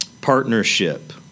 partnership